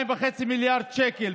2.5 מיליארד שקלים,